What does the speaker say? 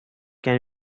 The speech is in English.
can